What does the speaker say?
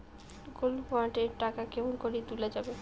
Gold bond এর টাকা কেমন করি তুলা যাবে?